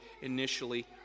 initially